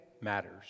Matters